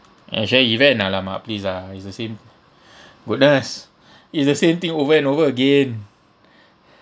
actual event !alamak! please lah it's the same goodness it's the same thing over and over again